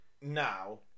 now